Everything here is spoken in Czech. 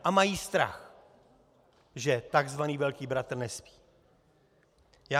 A mají strach, že takzvaný Velký bratr nespí.